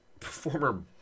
former